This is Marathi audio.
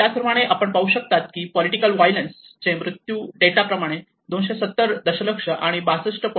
त्याचप्रमाणे आपण पाहू शकता की पॉलिटिकल वायलेंस चे मृत्यू डेटा प्रमाणे 270 दशलक्ष आणि 62